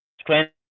strength